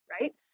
right